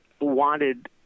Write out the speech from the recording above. wanted